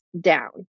down